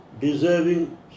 deserving